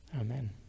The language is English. Amen